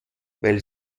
weil